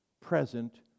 present